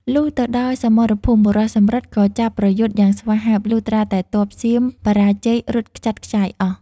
លុះទៅដល់សមរភូមិ បុរសសំរិទ្ធ ក៏ចាប់ប្រយុទ្ធយ៉ាងស្វាហាប់ លុះត្រាតែទ័ពសៀមបរាជ័យរត់ខ្ចាត់ខ្ចាយអស់ ។